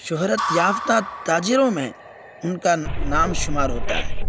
شہرت یافتہ تاجروں میں ان کا نام شمار ہوتا ہے